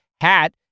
hat